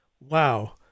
Wow